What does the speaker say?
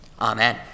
Amen